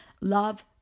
Love